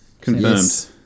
Confirmed